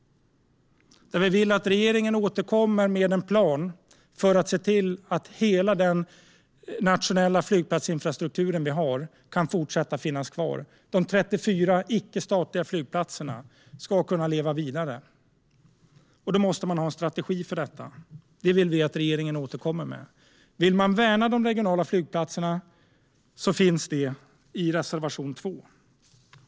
Vi vill att regeringen återkommer med en plan för att se till att hela den nationella flygplatsinfrastrukturen kan finnas kvar. De 34 icke-statliga flygplatserna ska kunna leva vidare. Då måste det finnas en strategi för detta. Det vill vi att regeringen återkommer med. Om vi vill värna de regionala flygplatserna finns den frågan med i reservation 2.